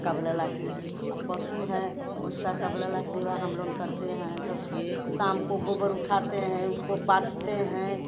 का बोला ला कि अब पशु हैं उसका का बोला ला सेवा हम लोगन करते हैं तो शाम को गोबर उठाते हैं उसको पाथते हैं